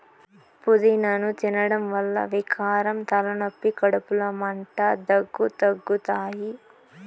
పూదినను తినడం వల్ల వికారం, తలనొప్పి, కడుపులో మంట, దగ్గు తగ్గుతాయి